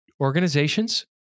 organizations